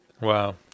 Wow